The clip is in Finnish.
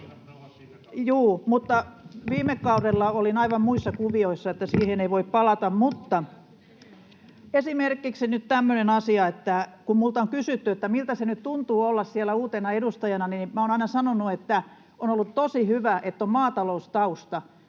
viime kaudella olin aivan muissa kuvioissa, siihen ei voi palata. Esimerkiksi nyt tämmöinen asia, että kun minulta on kysytty, että miltä se nyt tuntuu olla siellä uutena edustajana, olen aina sanonut, että on ollut tosi hyvä, että on maataloustausta,